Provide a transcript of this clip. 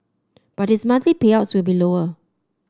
but his monthly payouts will be lower